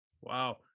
Wow